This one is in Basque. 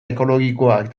ekologikoa